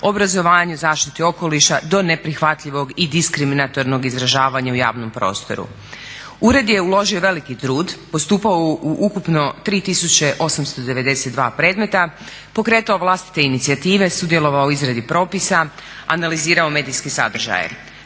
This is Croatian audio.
obrazovanju, zaštiti okoliša do neprihvatljivog i diskriminatornog izražavanja u javnom prostoru. Ured je uložio veliki trud, postupao u ukupno 3892 predmeta, pokretao vlastite inicijative, sudjelovao u izradi propisa, analizirao medijske sadržaje.